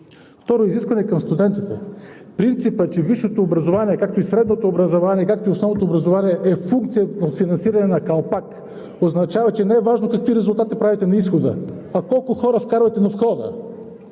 Второ, изискване към студентите. Принципът, че висшето образование, както и средното образование, както и основното образование, е функция по финансиране на калпак, означава, че не е важно какви резултати правите на изхода, а колко хора вкарвате на входа.